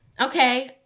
okay